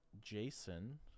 Jason